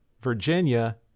Virginia